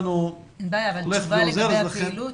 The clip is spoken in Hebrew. התשובה לגבי הפעילות,